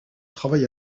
travaille